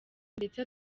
ndetse